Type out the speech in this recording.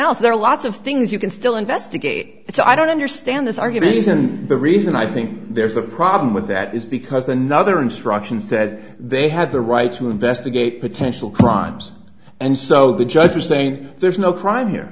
else there are lots of things you can still investigate it so i don't understand this argument isn't the reason i think there's a problem with that is because another instruction said they have the right to investigate potential crimes and so the judge is saying there's no crime here